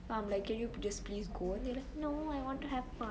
come like can you just please go they like no I want to have fun